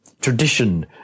tradition